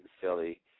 Philly